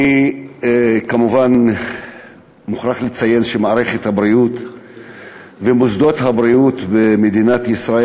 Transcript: אני כמובן מוכרח לציין שמערכת הבריאות ומוסדות הבריאות במדינת ישראל,